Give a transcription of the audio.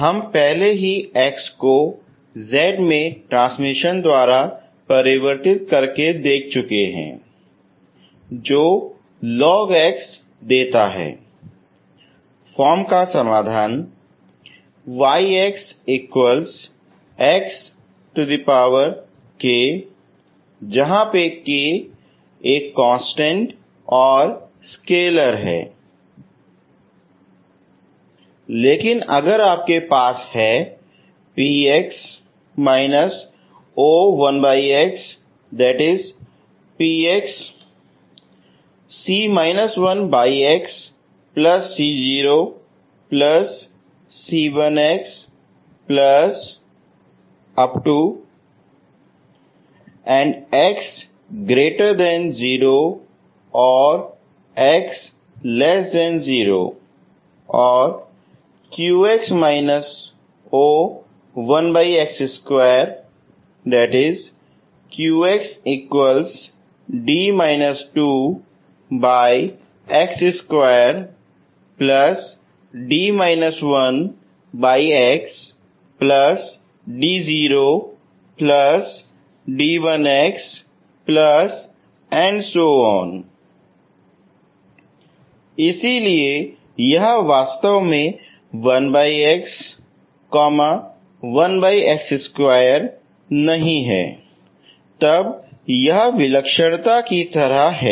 हम पहले ही x को z में ट्रांसमिशन द्वारा परिवर्तित करके देख चुके हैं जो log x देता है फॉर्म का समाधान लेकिन अगर आपके पास है इसीलिए यह वास्तव में 1x 1x2 नहीं है तब यह विलक्षणता की तरह है